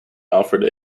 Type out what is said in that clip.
alfred